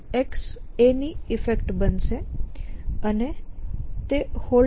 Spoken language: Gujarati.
xA ની ઈફેક્ટ બનશે અને તે Holding